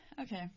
Okay